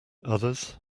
others